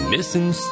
Missing